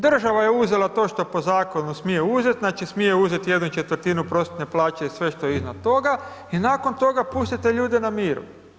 Država je uzela to što po zakonu smije uzet, znači, smije uzet ¼ prosječne plaće i sve što je iznad toga i nakon toga pustite ljude na miru.